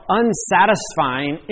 unsatisfying